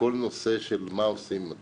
ואיך עושים את